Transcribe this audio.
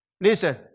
Listen